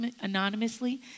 anonymously